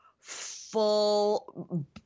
full